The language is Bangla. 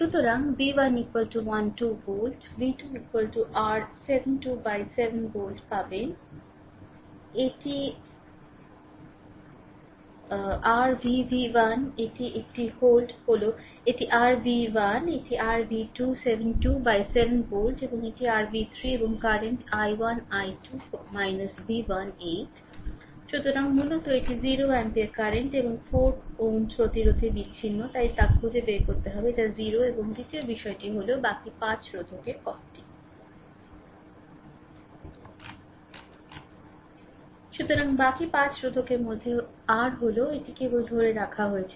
সুতরাং v 1 12 volt v 2 r 72 by 7 volt পাবেন এটি r v v 1 এটির একটি হোল্ড হল এটি r v 1 এটি r v 2 72 বাই 7 ভোল্ট এবং এটি r v 3 এবং কারেন্ট i1 12 v 1 ৪ সুতরাং মূলত এটি 0 অ্যাম্পিয়ার কারেন্ট এবং 4 Ω রোধে বিচ্ছিন্ন তা খুঁজে বের করতে হবে যা 0 এবং দ্বিতীয় বিষয়টি হল বাকী 5 রোধকের কলটি সুতরাং বাকি 5 রোধকের মধ্যে r হল এটি কেবল ধরে রাখা আছে